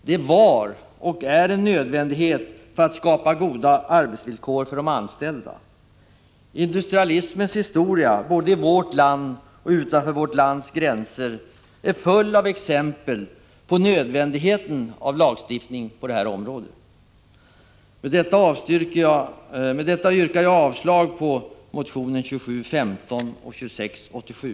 Det var och är en nödvändighet för att man skall kunna skapa goda arbetsvillkor för de anställda. Industrialismens historia både i vårt land och utanför vårt lands gränser är full av exempel på nödvändigheten av lagstiftning på detta område. Med detta yrkar jag avslag på motionerna 2715 och 2687.